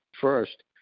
first